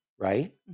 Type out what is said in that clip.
right